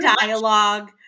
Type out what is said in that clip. dialogue